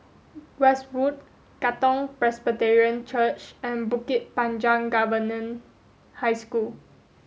Westwood Katong Presbyterian Church and Bukit Panjang Government High School